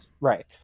Right